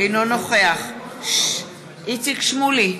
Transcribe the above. אינו נוכח איציק שמולי,